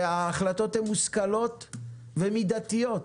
ההחלטות הן מושכלות ומידתיות.